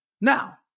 Now